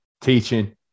teaching